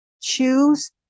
choose